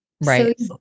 right